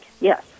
yes